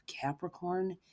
Capricorn